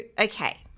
okay